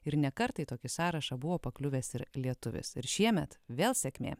ir ne kartą į tokį sąrašą buvo pakliuvęs ir lietuvis ir šiemet vėl sėkmė